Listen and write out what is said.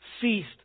ceased